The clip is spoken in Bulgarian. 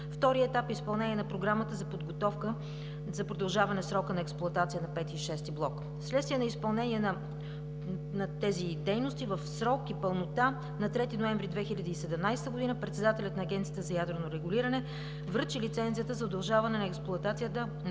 Вторият етап е изпълнение на програмата за подготовка за продължаване срока на експлоатация на V и VΙ блок. Вследствие на изпълнение на тези дейности в срок и пълнота, на 3 ноември 2017 г. председателят на Агенцията за ядрено регулиране връчи лицензията за удължаване на експлоатацията на V блок